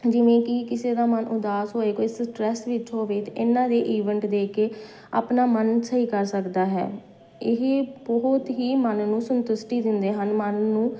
ਜਿਵੇਂ ਕਿ ਕਿਸੇ ਦਾ ਮਨ ਉਦਾਸ ਹੋਏ ਕੋਈ ਸਟਰੈਸ ਵਿੱਚ ਹੋਵੇ ਤਾਂ ਇਹਨਾਂ ਦੇ ਈਵੈਂਟ ਦੇਖ ਕੇ ਆਪਣਾ ਮਨ ਸਹੀ ਕਰ ਸਕਦਾ ਹੈ ਇਹ ਬਹੁਤ ਹੀ ਮਨ ਨੂੰ ਸੰਤਸ਼ੁਟੀ ਦਿੰਦੇ ਹਨ ਮਨ ਨੂੰ